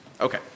Okay